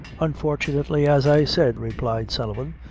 unfortunately, as i said, replied sullivan,